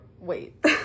wait